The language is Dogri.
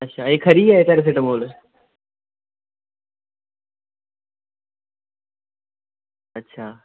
अच्छा